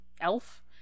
elf